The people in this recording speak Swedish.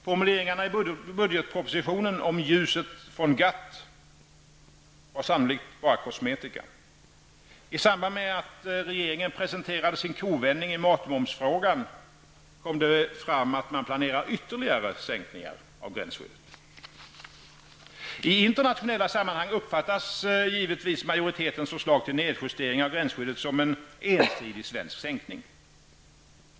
Formuleringarna i budgetpropositionen om ljuset från GATT var sannolikt bara kosmetika. I samband med att regeringen presenterade sin kovändning i matmomsfrågan kom det fram att man planerar ytterligare sänkningar av gränsskyddet. I internationella sammanhang uppfattas givetvis majoritetens förslag till nedjustering av gränsskyddet som en ensidig svensk sänkning.